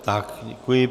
Tak, děkuji.